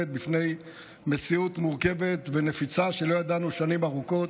בפני מציאות מורכבת ונפיצה שלא ידענו שנים ארוכות,